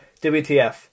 WTF